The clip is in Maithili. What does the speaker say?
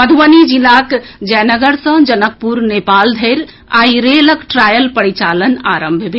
मध्रबनी जिलाक जयनगर सँ जनकपुर नेपाल धरि आई रेलक ट्रायल परिचालन आरंभ भेल